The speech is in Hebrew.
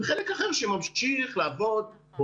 אנחנו רואים מערך קטיעת שרשראות הדבקה שמבטיחים לנו